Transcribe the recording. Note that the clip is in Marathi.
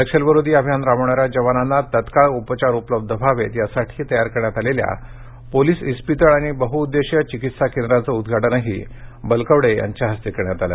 नक्षलविरोधी अभियान राबविणाऱ्या जवानांना तत्काळ उपघार उपलब्ध व्हावेत यासाठी तयार करण्यात आलेल्या पोलिस इस्पितळ आणि बहउद्देशिय चिकित्सा केंद्राचे उद्घाटनही बलकवडे यांच्या हस्ते करण्यात आलं